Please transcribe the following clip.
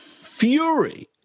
fury